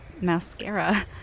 mascara